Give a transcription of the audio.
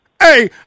Hey